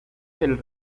del